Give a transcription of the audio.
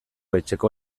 etxeko